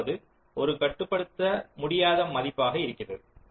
அதாவது ஒரு கட்டுப்படுத்த முடியாத மதிப்பாக இருக்கிறது